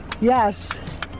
Yes